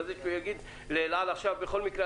שהוא יגיד לאל על: בכל מקרה,